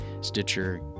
Stitcher